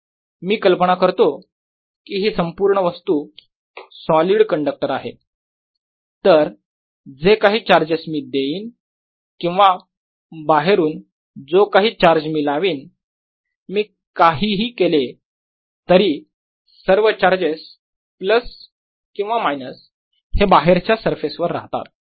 मी कल्पना करतो की हि संपूर्ण वस्तू सॉलिड कंडक्टर आहे तर जे काही चार्जेस मी देईन किंवा बाहेरून जो काही चार्ज मी लावेन मी काहीही केले तरी सर्व चार्जेस प्लस किंवा मायनस हे बाहेरच्या सरफेस वर राहतात